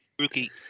Rookie